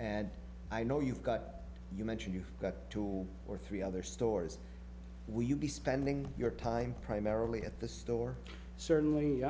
and i know you've got you mentioned you've got two or three other stores we'll be spending your time primarily at the store certainly